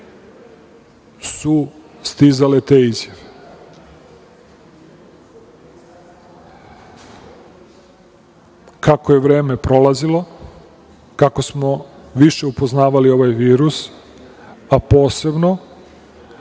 su stizale te izjave. Kako je vreme prolazilo, kako smo više upoznavali ovaj virus, a posebno